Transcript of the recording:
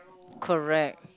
correct